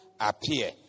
appear